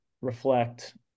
reflect